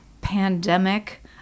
pandemic